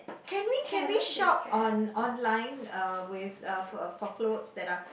can we can we shop on online uh with uh for for clothes that are